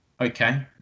okay